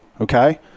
okay